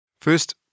First